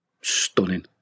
stunning